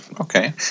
okay